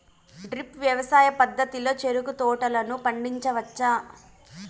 drip వ్యవసాయ పద్ధతిలో చెరుకు తోటలను పండించవచ్చా